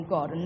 God